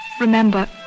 Remember